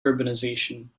urbanization